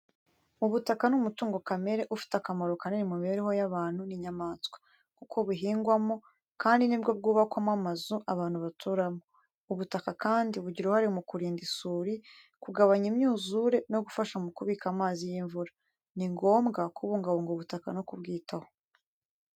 Ubutaka ni umutungo kamere, ufite akamaro kanini mu mibereho y'abantu n'inyamaswa, kuko buhingwamo, kandi ni bwo bwubakwamo amazu abantu baturamo. Ubutaka kandi bugira uruhare mu kurinda isuri, kugabanya imyuzure no gufasha mu kubika amazi y’imvura. Ni ngombwa kubungabunga ubutaka no kubwitaho.